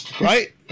Right